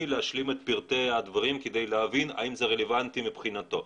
להשלים את פרטי הדברים כדי להבין האם זה רלוונטי מבחינתו.